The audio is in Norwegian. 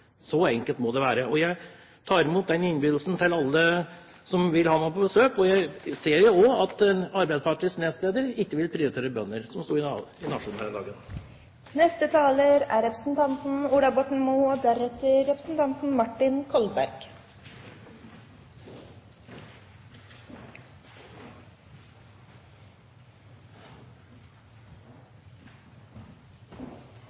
Så enkelt må det være. Jeg tar i mot innbydelsen fra alle som vil ha meg på besøk, og jeg ser at også Arbeiderpartiets nestleder ikke vil prioritere bønder, som det stod i